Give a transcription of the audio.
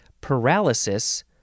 paralysis